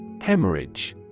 Hemorrhage